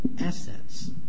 assets